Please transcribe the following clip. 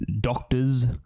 doctors